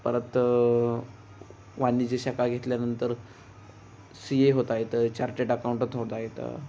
परत वाणिज्य शाखा घेतल्यानंतर सी ए होता येतं चार्टर्ड अकाऊंटंट होता येतं